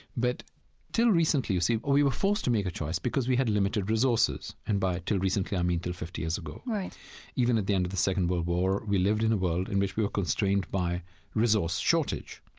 but till recently, you see, we were forced to make a choice because we had limited resources. and by till recently, i mean till fifty years ago. even at the end of the second world war, we lived in a world in which we were constrained by resource shortage.